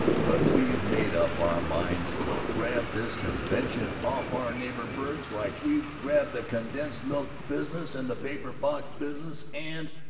but we've made up our minds to grab this convention off our neighbor burgs like we've grabbed the condensed-milk business and the paper-box business and